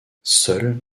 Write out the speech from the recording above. seul